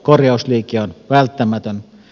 korjausliike on välttämätön